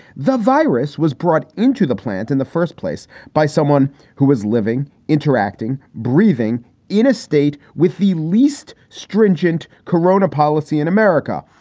the virus was brought into the plant in the first place by someone who was living, interacting, breathing in a state with the least stringent corona policy in america.